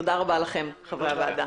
תודה רבה לכם, חברי הוועדה.